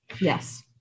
Yes